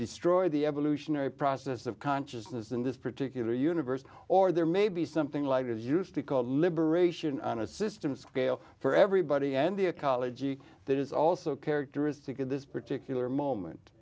destroy the evolutionary process of consciousness in this particular universe or there may be something like is used to call liberation on a system scale for everybody and the ecology that is also characteristic of this particular moment